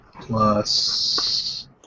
plus